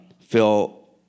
Phil